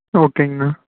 ஓகேங்கண்ணா